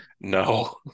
no